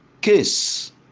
Case